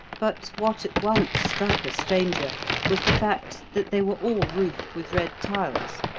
but what at once struck a stranger was the fact that they were all roofed with red tiles,